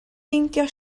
meindio